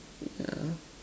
yeah